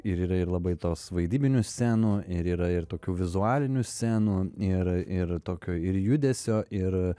ir yra ir labai tos vaidybinių scenų ir yra ir tokių vizualinių scenų ir ir tokio ir judesio ir